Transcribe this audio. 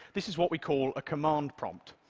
this is what we call a command prompt,